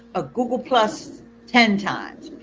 ah google plus ten times.